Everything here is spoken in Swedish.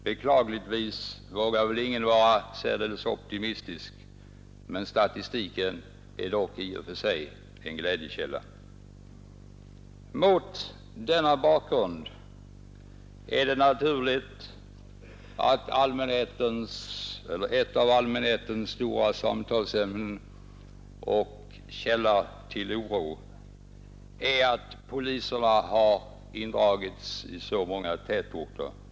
Beklagligtvis vågar väl ingen vara särskilt optimistisk på denna punkt, men denna statistik är dock i och för sig en glädjekälla. Mot denna bakgrund är det naturligt att ett av allmänhetens stora samtalsämnen och en stor källa till oro är att polisen i så många tätorter dragits in.